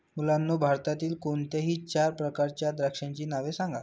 मुलांनो भारतातील कोणत्याही चार प्रकारच्या द्राक्षांची नावे सांगा